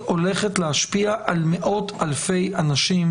היא הולכת להשפיע על מאות-אלפי אנשים